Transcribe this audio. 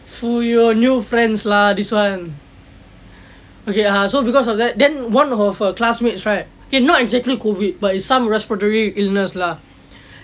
for your new friends lah this one okay lah so because of that then one of her classmates right okay not exactly COVID but it's some respiratory illness lah